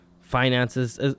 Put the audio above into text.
finances